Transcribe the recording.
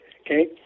okay